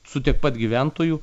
su tiek pat gyventojų